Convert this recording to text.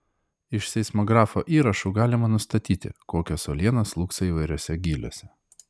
iš seismografo įrašų galima nustatyti kokios uolienos slūgso įvairiuose gyliuose